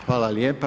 Hvala lijepa.